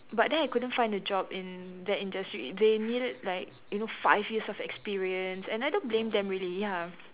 but then I couldn't find a job in the industry they needed like you know five years of experience and I don't blame them really ya